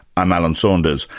i'm alan saunders,